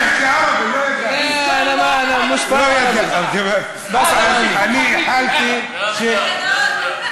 מה אתה רוצה?) שהוא צודק.